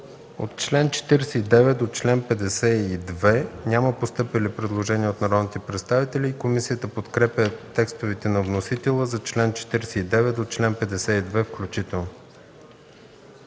От чл. 49 до чл. 52 няма постъпили предложения от народните представители. Комисията подкрепя текстовете на вносителя за членове от 49 до 52 включително.